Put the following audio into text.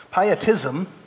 pietism